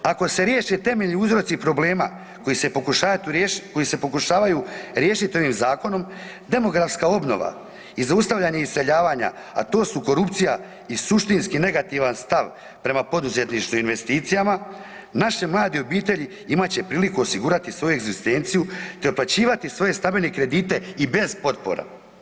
Ako se riješe temeljni uzroci problema koji se pokušavaju riješiti ovim zakonom, demografska obnova i zaustavljanje iseljavanja, a to su korupcija i suštinski negativan stav prema poduzetništvu i investicijama, naše mlade obitelji imat će priliku osigurati svoju egzistenciju te otplaćivati svoje stambene kredite i bez potpora.